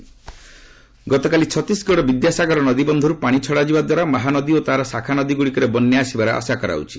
ଓଡ଼ିଶା ଗତକାଲି ଛତିଶଗଡ଼ ବିଦ୍ୟାସାଗର ନଦୀବନ୍ଧର୍ ପାଣି ଛଡ଼ାଯିବା ଦ୍ୱାରା ମହାନଦୀ ଓ ତାହାର ଶାଖାନଦୀଗୁଡ଼ିକରେ ବନ୍ୟା ଆସିବାର ଆଶା କରାଯାଉଛି